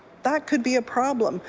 that can be a problem.